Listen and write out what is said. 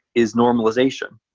is normalization.